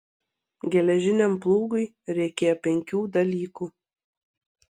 geležiniam plūgui reikėjo penkių dalykų